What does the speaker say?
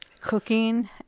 Cooking